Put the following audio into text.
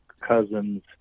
Cousins